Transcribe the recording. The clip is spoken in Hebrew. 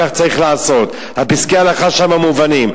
כך צריך לעשות, פסקי ההלכה שם מובנים.